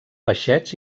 peixets